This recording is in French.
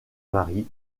mari